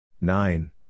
Nine